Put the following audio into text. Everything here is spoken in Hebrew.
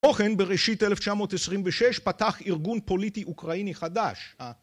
כמו כן בראשית 1926 פתח ארגון פוליטי אוקראיני חדש